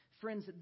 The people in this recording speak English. Friends